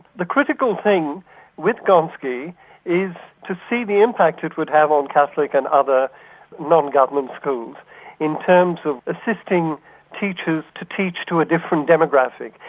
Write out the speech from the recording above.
the critical thing with gonski is to see the impact it would have on catholic and other non-government schools in terms of assisting teachers to teach to a different demographic,